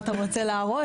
מה אתה רוצה להרוס?